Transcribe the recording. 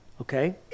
Okay